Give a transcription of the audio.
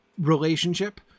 relationship